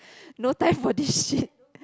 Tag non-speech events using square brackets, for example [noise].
[breath] no time for this shit